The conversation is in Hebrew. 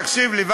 תקשיב לי,